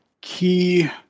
key